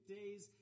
days